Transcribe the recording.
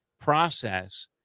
process